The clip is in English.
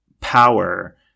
power